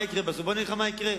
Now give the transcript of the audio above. אגיד לך מה יקרה.